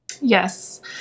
Yes